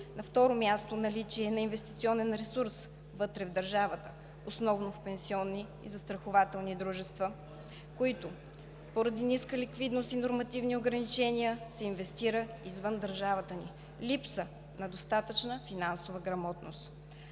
На второ място, наличие на инвестиционен ресурс вътре в държавата, основно в пенсионни и застрахователни дружества, който поради ниска ликвидност и нормативни ограничения се инвестира извън държавата ни. Липса на достатъчна финансова грамотност.